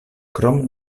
krom